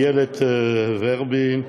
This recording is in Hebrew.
איילת ורבין,